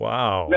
Wow